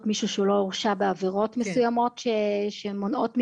מישהו שלא הורשע בעבירות מסוימות שמונעות ממנו.